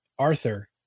Arthur